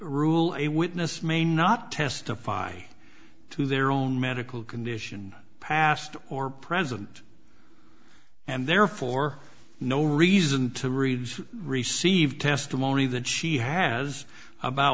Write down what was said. rule a witness may not testify to their own medical condition past or present and there for no reason to reduce receive testimony that she has about